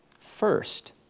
first